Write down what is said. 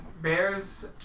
Bear's